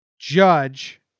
Judge